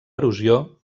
erosió